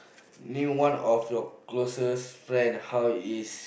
name one of your closes friend how it is